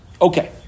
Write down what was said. Okay